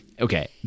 Okay